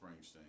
Springsteen